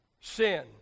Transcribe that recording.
sin